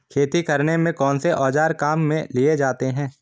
खेती करने में कौनसे औज़ार काम में लिए जाते हैं?